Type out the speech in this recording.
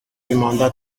demanda